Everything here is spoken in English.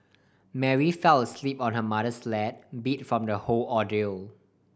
Mary fell asleep on her mother's lap beat from the whole ordeal